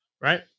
Right